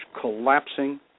collapsing